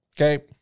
Okay